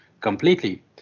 completely